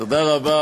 תודה רבה.